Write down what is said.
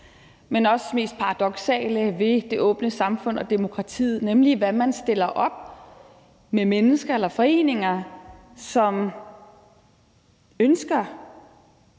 men også mest paradoksale ved det åbne samfund og demokratiet, nemlig hvad man stiller op med mennesker eller foreninger, som ønsker